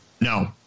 No